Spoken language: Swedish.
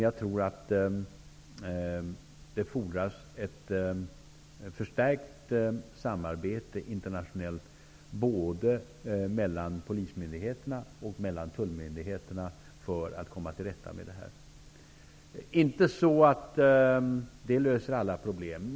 Jag tror också att det fordras ett förstärkt samarbete internationellt både mellan polismyndigheterna och mellan tullmyndigheterna för att det skall gå att komma till rätta med förhållandena. Det är inte så, att detta lösar alla problem.